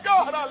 God